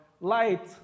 light